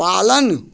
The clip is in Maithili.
पालन